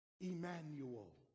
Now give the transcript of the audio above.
Emmanuel